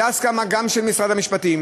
הייתה הסכמה גם של משרד המשפטים.